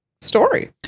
story